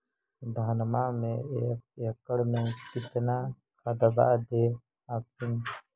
धनमा मे एक एकड़ मे कितना खदबा दे हखिन?